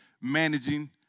managing